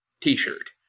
t-shirt